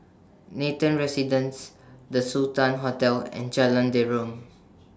Nathan Residences The Sultan Hotel and Jalan Derum